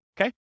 Okay